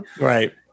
right